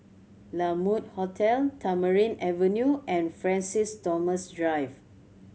La Mode Hotel Tamarind Avenue and Francis Thomas Drive